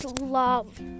love